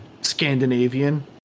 Scandinavian